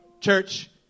Church